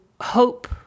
hope